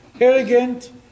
arrogant